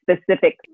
specific